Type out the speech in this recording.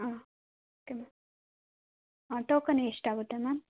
ಹಾಂ okay ma'am ಟೋಕನಿಗೆ ಎಷ್ಟು ಆಗುತ್ತೆ ಮ್ಯಾಮ್